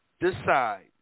decide